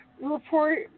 report